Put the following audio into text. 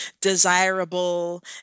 desirable